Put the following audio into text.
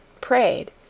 prayed